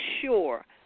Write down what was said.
sure